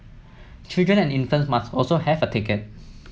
children and infants must also have a ticket